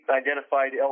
identified